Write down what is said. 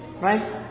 right